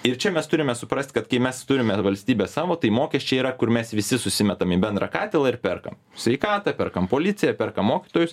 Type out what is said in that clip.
ir čia mes turime suprast kad kai mes turime valstybę savo tai mokesčiai yra kur mes visi susimetam į bendrą katilą ir perkam sveikatą perkam policiją perka mokytojus